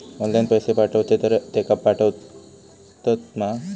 Online पैसे पाठवचे तर तेका पावतत मा?